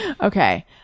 Okay